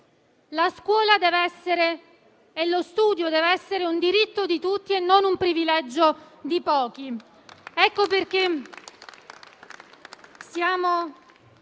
La scuola e lo studio devono un diritto di tutti e non un privilegio di pochi.